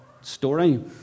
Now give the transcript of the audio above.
story